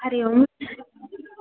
Hari Om